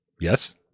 Yes